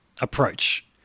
approach